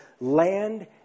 land